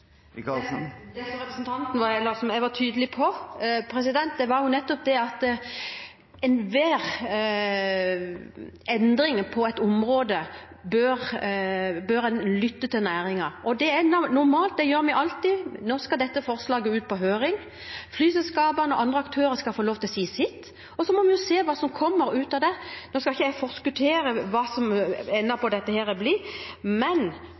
Det som jeg var tydelig på, var nettopp at når det gjelder enhver endring på et område, bør en lytte til næringen. Det er normalt, det gjør vi alltid. Nå skal dette forslaget ut på høring. Flyselskapene og andre aktører skal få lov til å si sitt, og så må vi se hva som kommer ut av det. Nå skal ikke jeg forskuttere hva enden på dette blir, men